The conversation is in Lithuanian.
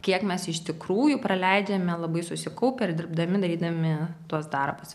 kiek mes iš tikrųjų praleidžiame labai susikaupę ir dirbdami darydami tuos darbus